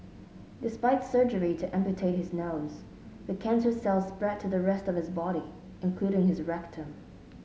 despite surgery to amputate his nose the cancer cells spread to the rest of his body including his rectum